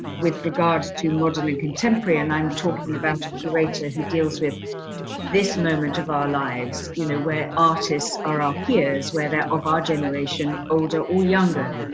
with regard to modern and contemporary and i'm talking about a curator who deals with this moment of our lives you know where artists are our peers, where they're of our generation older or younger,